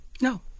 No